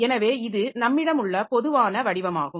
எனவே இது நம்மிடம் உள்ள பொதுவான வடிவமாகும்